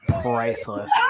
priceless